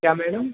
क्या मैडम